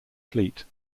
fleet